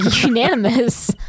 unanimous